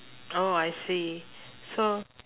oh I see so